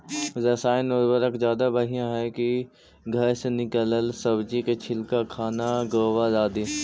रासायन उर्वरक ज्यादा बढ़िया हैं कि घर से निकलल सब्जी के छिलका, खाना, गोबर, आदि?